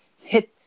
hit